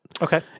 Okay